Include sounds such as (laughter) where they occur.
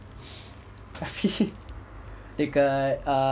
(laughs)